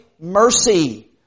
mercy